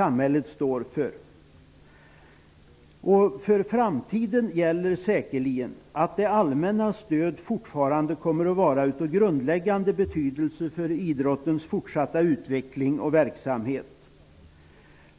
I framtiden kommer säkerligen det allmänna stödet fortfarande att vara av grundläggande betydelse för idrottens fortsatta utveckling och verksamhet.